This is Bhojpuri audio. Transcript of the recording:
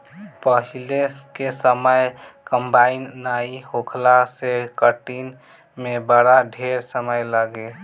पहिले के समय कंबाइन नाइ होखला से कटनी में बड़ा ढेर समय लागे